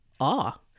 awe